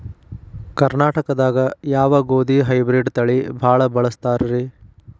ಕರ್ನಾಟಕದಾಗ ಯಾವ ಗೋಧಿ ಹೈಬ್ರಿಡ್ ತಳಿ ಭಾಳ ಬಳಸ್ತಾರ ರೇ?